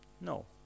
No